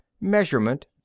measurement